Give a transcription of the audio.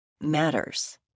matters